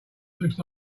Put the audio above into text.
looks